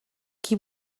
qui